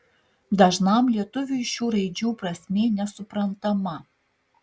dažnam lietuviui šių raidžių prasmė nesuprantama